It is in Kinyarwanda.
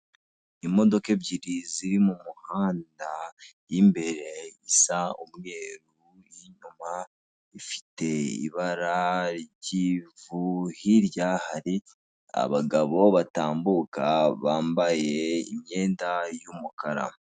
Imodoka ebyiri ziri mu muhanda, iy'imbere isa umweru, inyuma ifite ibara ry'ivu, hirya hari abagabo batambuka bambaye imyenda y'umukara.